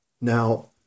now